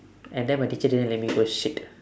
and then my teacher didn't let me go shit